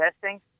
testing